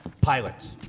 pilot